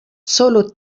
solo